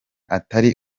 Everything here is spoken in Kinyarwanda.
atari